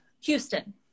Houston